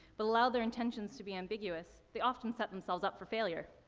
but allow their intentions to be ambiguous, they often set themselves up for failure.